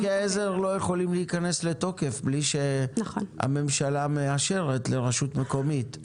חוקי עזר לא יכולים להיכנס לתוקף בלי שהממשלה מאשרת לרשות מקומית,